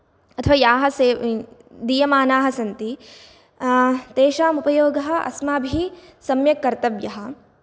अथवा याः से दीयमानाः सन्ति तेषाम् उपयोगः अस्माभिः सम्यक् कर्तव्यः